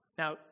Now